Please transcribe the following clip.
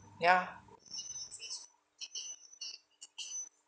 yeah